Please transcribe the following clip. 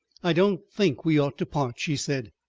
i don't think we ought to part, she said.